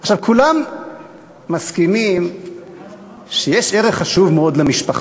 עכשיו, כולם מסכימים שיש ערך חשוב מאוד למשפחה,